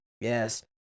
Yes